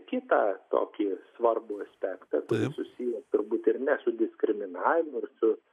kitą tokį svarbų aspektą susijęs turbūt ir ne su diskriminavimu